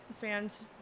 fans